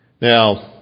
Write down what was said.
Now